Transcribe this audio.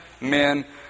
men